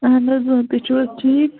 اَہَن حظ تُہۍ چھو حظ ٹھیٖک